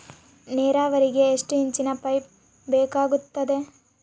ನೇರಾವರಿಗೆ ಎಷ್ಟು ಇಂಚಿನ ಪೈಪ್ ಬೇಕಾಗುತ್ತದೆ?